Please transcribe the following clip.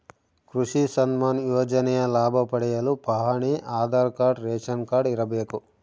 ಕೃಷಿ ಸನ್ಮಾನ್ ಯೋಜನೆಯ ಲಾಭ ಪಡೆಯಲು ಪಹಣಿ ಆಧಾರ್ ಕಾರ್ಡ್ ರೇಷನ್ ಕಾರ್ಡ್ ಇರಬೇಕು